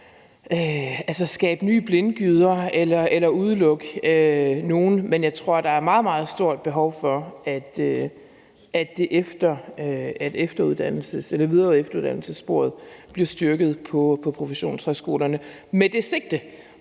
skal skabe nye blindgyder eller udelukke nogen, men jeg tror, der er et meget stort behov for, at videre- og efteruddannelsessporet bliver styrket på professionshøjskolerne med det sigte